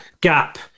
gap